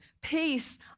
Peace